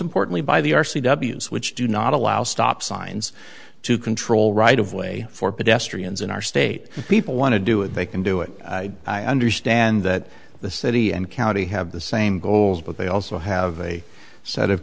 importantly by the r c w s which do not allow stop signs to control right of way for pedestrians in our state people want to do it they can do it i understand that the city and county have the same goals but they also have a set of